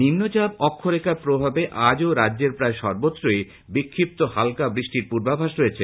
নিম্নচাপ অক্ষরেখার প্রভাবে আজও রাজ্যের প্রায় সর্বত্রই বিক্ষিপ্ত হালকা বৃষ্টির পূর্বাভাস রয়েছে